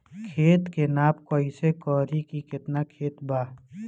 खेत के नाप कइसे करी की केतना खेत बा?